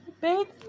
baby